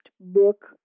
book